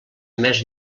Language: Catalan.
més